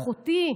אחותי,